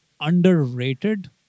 underrated